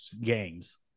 games